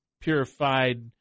purified